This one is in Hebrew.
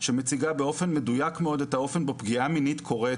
שמציגה באופן מדויק מאוד את האופן שבו פגיעה מינית קורית